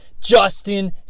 Justin